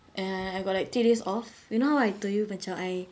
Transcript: and I got like three days off you know how I told you macam I